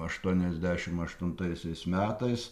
aštuoniasdešim aštuntaisiais metais